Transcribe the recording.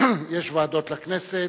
יש ועדות לכנסת.